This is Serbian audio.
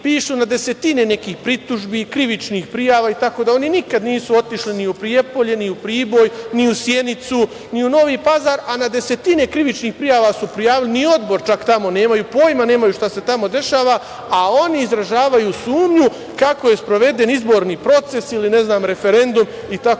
pišu na desetine nekih pritužbi, krivičnih prijava itd. Oni nikada nisu otišli ni u Prijepolje, ni u Priboj, ni u Sjenicu, ni u Novi Pazar, a na desetine krivičnih prijava su prijavili. Nijedan odbor čak tamo nemaju. Nemaju pojma šta se tamo dešava, a oni izražavaju sumnju kako je sproveden izborni proces ili ne znam referendum itd.